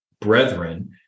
brethren